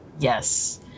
Yes